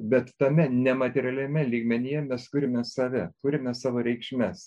bet tame nematerialiame lygmenyje mes kuriame save kuriame savo reikšmes